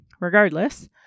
Regardless